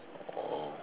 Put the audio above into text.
oh